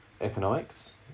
economics